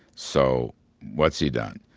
so what's he done?